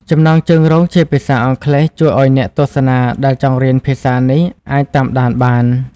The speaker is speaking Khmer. ចំណងជើងរងជាភាសាអង់គ្លេសជួយឱ្យអ្នកទស្សនាដែលចង់រៀនភាសានេះអាចតាមដានបាន។